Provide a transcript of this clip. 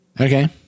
okay